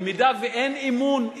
במידה שאין אמון,